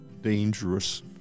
dangerous